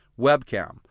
Webcam